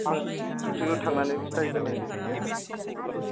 आं प्रेकटिकेल थांनानै खिथाहैगोन आं दे खबर ला